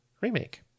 remake